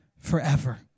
Forever